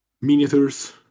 Miniatures